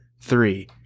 three